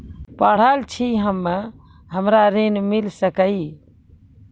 पढल छी हम्मे हमरा ऋण मिल सकई?